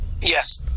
yes